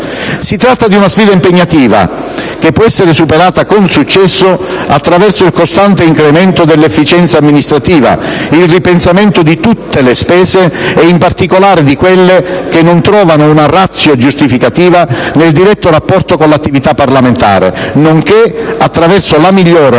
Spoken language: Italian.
Si tratta di una sfida impegnativa, che può essere superata con successo attraverso il costante incremento dell'efficienza amministrativa, il ripensamento di tutte le spese, in particolare di quelle che non trovano una *ratio* giustificativa nel diretto rapporto con l'attività parlamentare, nonché attraverso la migliore allocazione